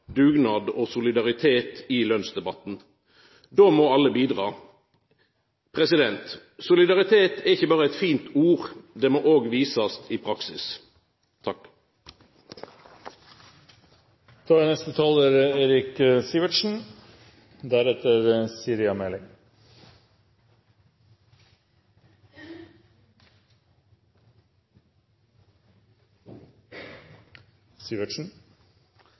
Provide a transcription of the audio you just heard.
dugnad og solidaritet i lønsdebatten. Då må alle bidra. Solidaritet er ikkje berre eit fint ord, det må òg visast i praksis.